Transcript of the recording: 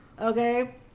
Okay